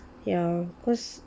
ya cause